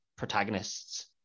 protagonists